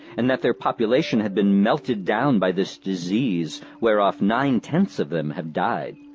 and that their population had been melted down by this disease, whereof nine-tenths of them have died.